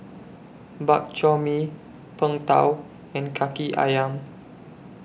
Bak Chor Mee Png Tao and Kaki Ayam